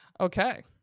Okay